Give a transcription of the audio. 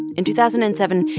in two thousand and seven,